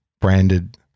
branded